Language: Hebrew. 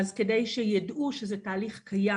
חשוב שיידעו שזה תהליך קיים.